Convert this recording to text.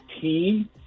team